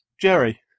Jerry